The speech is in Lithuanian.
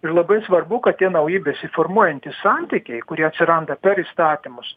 ir labai svarbu kad tie nauji besiformuojantys santykiai kurie atsiranda per įstatymus